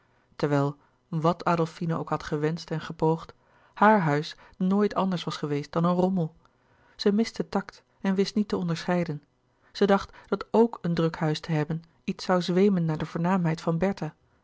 terwijl wat adolfine ook had gewenscht en gepoogd haar huis nooit anders was geweest dan een rommel zij miste tact en wist niet te onderscheiden zij dacht dat ok een druk huis te hebben iets zoû zweemen naar de voornaamheid van bertha